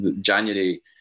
January